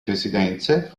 residenze